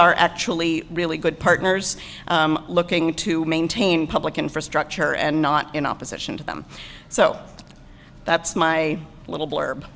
are actually really good partners looking to maintain public infrastructure and not in opposition to them so that's my little blurb